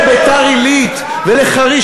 השיכון הלכו לבית-שמש ג' ולביתר-עילית ולחריש